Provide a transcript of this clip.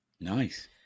Nice